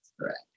correct